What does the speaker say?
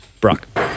Brock